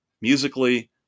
Musically